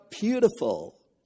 beautiful